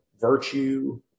virtue